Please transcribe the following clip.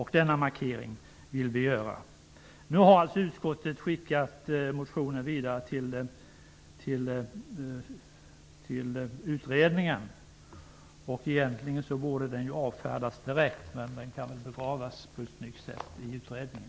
Denna markering vill vi göra. Nu har alltså utskottet skickat motionen vidare till utredningen. Den borde egentligen avfärdas direkt, men jag hoppas att den kan begravas på ett snyggt sätt i utredningen.